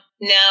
No